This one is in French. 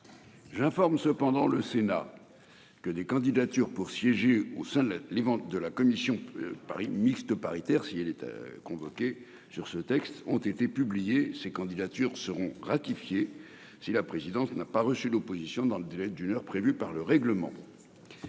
J'informe le Sénat que des candidatures pour siéger au sein de l'éventuelle commission mixte paritaire sur ce texte ont été publiées. Ces candidatures seront ratifiées si la présidence n'a pas reçu d'opposition dans le délai d'une heure prévu par notre règlement.